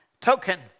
token